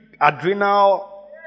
adrenal